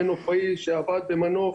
מנופאי שעבד במנוף